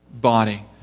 body